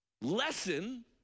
lesson